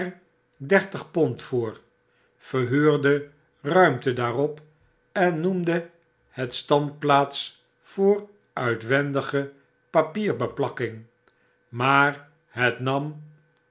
dertig pond voor vernuurde ruimte daarop en noemde het standplaats voor uitwendige papierbeplakking maar het nam